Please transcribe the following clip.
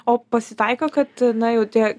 o pasitaiko kad na jau tie